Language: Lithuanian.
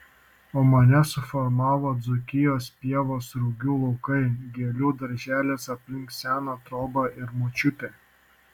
o mane suformavo dzūkijos pievos rugių laukai gėlių darželis aplink seną trobą ir močiutė